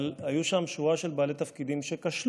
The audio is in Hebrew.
אבל היו שם שורה של בעלי תפקידים שכשלו,